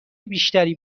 بیشتری